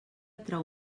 trau